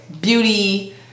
beauty